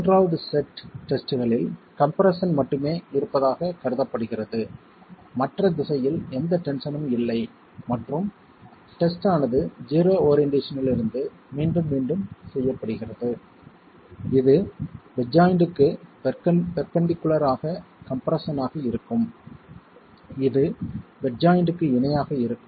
மூன்றாவது செட் டெஸ்ட்களில் கம்ப்ரெஸ்ஸன் மட்டுமே இருப்பதாகக் கருதப்படுகிறது மற்ற திசையில் எந்த டென்ஷனும் இல்லை மற்றும் டெஸ்ட் ஆனது 0 ஓரியென்ட்டேஷன்யிலிருந்து மீண்டும் மீண்டும் செய்யப்படுகிறது இது பெட் ஜாய்ண்ட்க்கு பெர்பெண்டிகுலர் ஆக கம்ப்ரெஸ்ஸன் ஆக இருக்கும் இது பெட் ஜாய்ண்ட்க்கு இணையாக இருக்கும்